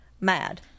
mad